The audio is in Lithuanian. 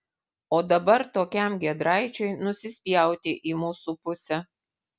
o dabar tokiam giedraičiui nusispjauti į mūsų pusę